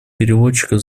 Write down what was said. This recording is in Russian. переводчиков